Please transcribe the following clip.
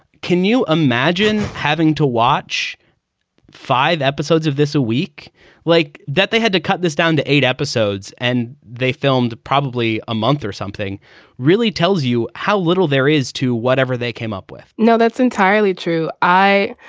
can you imagine having to watch five episodes of this a week like that? they had to cut this down to eight episodes and they filmed probably a month or something really tells you how little there is to whatever they came up with no, that's entirely true. i